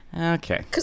Okay